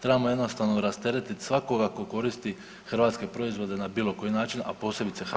Trebamo jednostavno rasteretit svakoga ko koristi hrvatske proizvode na bilo koji način, a posebice hranu